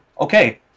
okay